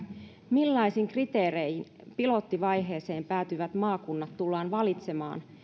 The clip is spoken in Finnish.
millaisin kriteerein pilottivaiheeseen päätyvät maakunnat tullaan valitsemaan